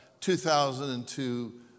2002